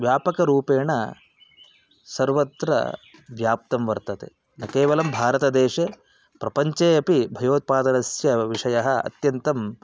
व्यापकरूपेण सर्वत्र व्याप्तं वर्तते न केवलं भारतदेशे प्रपञ्चे अपि भयोत्पादनस्य विषयः अत्यन्तम्